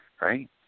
Right